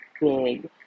big